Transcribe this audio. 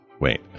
wait